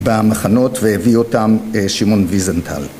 במחנות והביא אותם שמעון ויזנטל